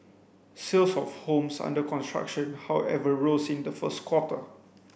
sales of homes under construction however rose in the first quarter